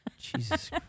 Jesus